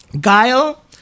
Guile